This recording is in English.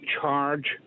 charge